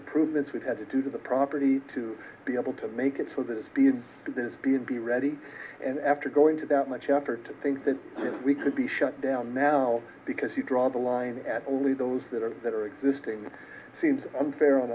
improvements we've had to do the property to be able to make it so that it's been business b and b ready and after going to that much effort to think that we could be shut down now because you draw the line at only those that are that are existing seems unfair on